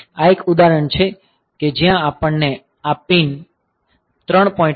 આ એક ઉદાહરણ છે કે જ્યાં આપણને આ પિન 3